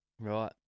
Right